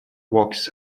walks